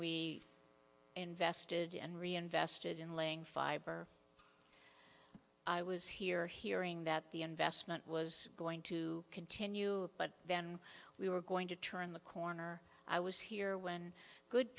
we invested and reinvested in laying fiber i was here hearing that the investment was going to continue but then we were going to turn the corner i was here when good